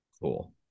cool